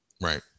Right